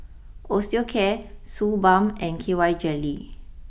Osteocare Suu Balm and K Y Jelly